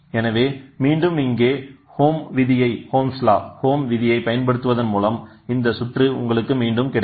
எனவே மீண்டும் இங்கே ஓம் விதியை பயன்படுத்துவதன் மூலம் இந்த சுற்று உங்களுக்கு மீண்டும் கிடைக்கும்